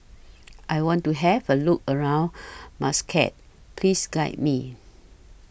I want to Have A Look around Muscat Please Guide Me